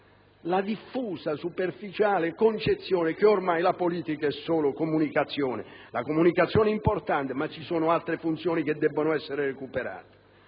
la diffusa e superficiale concezione che ormai la politica è solo comunicazione; la comunicazione è importante ma ci sono altre funzioni che debbono essere recuperate),